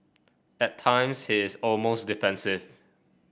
at times he is almost defensive